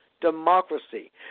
democracy